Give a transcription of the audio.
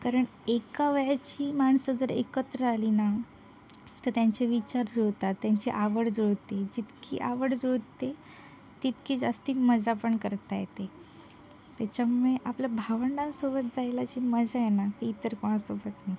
कारण एका वयाची माणसं जर एकत्र आली ना तर त्यांचे विचार जुळतात त्यांची आवड जुळती जितकी आवड जुळते तितकी जास्त मजा पण करता येते त्याच्यामुळे आपल्या भावंडांसोबत जायला जी मजा आहे ना ती इतर कोणासोबत नाही